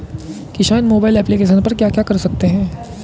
किसान mobile application पे क्या क्या कर सकते हैं?